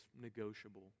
negotiable